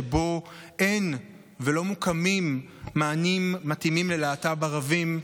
שבו אין ולא מוקמים מענים מתאימים ללהט"ב ערבים,